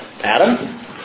Adam